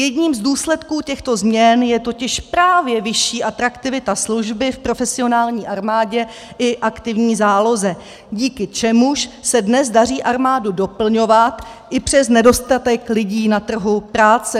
Jedním z důsledků těchto změn je totiž právě vyšší atraktivita služby v profesionální armádě i aktivní záloze, díky čemuž se dnes daří armádu doplňovat i přes nedostatek lidí na trhu práce.